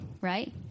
right